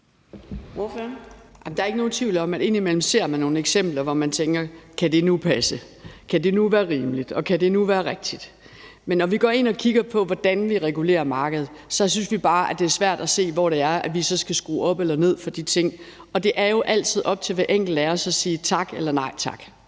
Der er ikke nogen tvivl om, at man indimellem ser nogle eksempler, hvor man tænker: Kan det nu passe, kan det nu være rimeligt, og kan det nu være rigtigt? Men når vi går ind og kigger på, hvordan vi regulerer markedet, synes vi bare, det er svært at se, hvor vi så skal skrue op eller ned for de ting, og det er jo altid op til hver enkelt af os at sige tak eller nej tak.